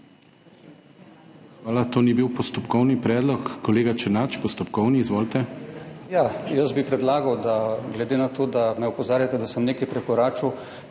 Hvala. To ni bil postopkovni predlog. Kolega Černač, postopkovni, izvolite. ZVONKO ČERNAČ (PS SDS): Jaz bi predlagal, glede na to, da me opozarjate, da sem nekaj prekoračil,